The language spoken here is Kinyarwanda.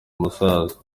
umusaza